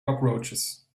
cockroaches